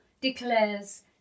declares